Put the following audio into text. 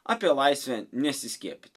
apie laisvę nesiskiepyt